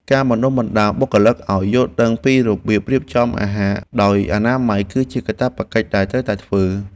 ការបណ្តុះបណ្តាលបុគ្គលិកឱ្យយល់ដឹងពីរបៀបរៀបចំអាហារដោយអនាម័យ គឺជាកាតព្វកិច្ចដែលត្រូវតែធ្វើ។